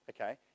Okay